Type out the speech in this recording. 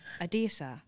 Adisa